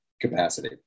capacity